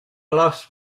lost